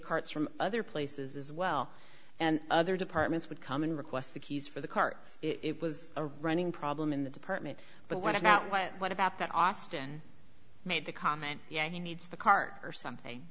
carts from other places as well and other departments would come and request the keys for the carts it was a running problem in the department but what about what about that austin made the comment yeah he needs the car or something